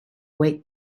wait